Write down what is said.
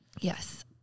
Yes